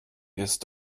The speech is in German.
ist